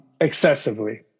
excessively